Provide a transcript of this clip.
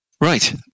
Right